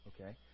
Okay